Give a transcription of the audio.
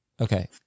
Okay